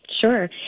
Sure